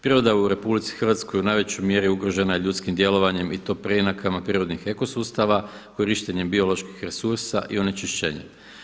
Priroda u RH u najvećoj mjeri ugrožena je ljudskim djelovanjem i to preinakama prirodnih ekosustava, korištenjem bioloških resursa i onečišćenjem.